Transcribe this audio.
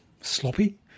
sloppy